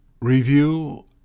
Review